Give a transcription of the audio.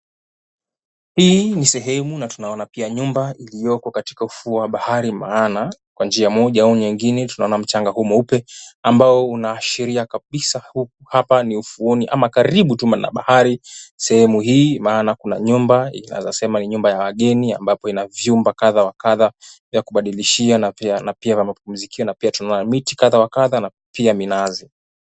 Hii ni sehemu na tunaona pia nyumba iliyoko katika ufuo wa bahari maana kwa njia moja au nyingine tunaona mchanga huu mweupe ambao unaashiria kabisa hapa ni ufuoni ama karibu tu na bahari. Sehemu hii maana kuna nyumba, naweza sema ni nyumba ya wageni ambapo ina vyumba kadha wa kadha vya kubadilishia na pia na pia mapumzikio na pia tunaona miti kadha wa kadha na pia minazi.